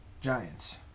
Giants